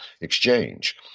exchange